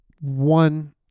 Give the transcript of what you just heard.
one